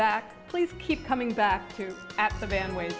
back please keep coming back to the band way